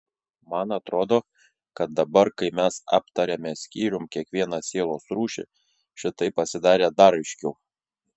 man atrodo kad dabar kai mes aptarėme skyrium kiekvieną sielos rūšį šitai pasidarė dar aiškiau